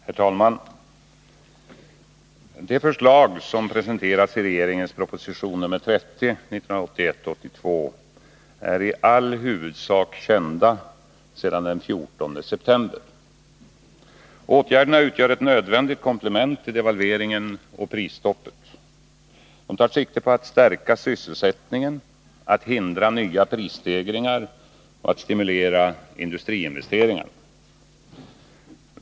Herr talman! De förslag som presenteras i regeringens proposition 1981/82:3 är i huvudsak kända sedan den 14 september. Åtgärderna utgör ett nödvändigt komplement till devalveringen och prisstoppet och tar sikte på att stärka sysselsättningen, att hindra nya prisstegringar och att stimulera industriinvesteringar.